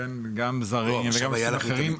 גם זרים וגם נושאים אחרים,